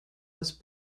was